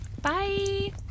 Bye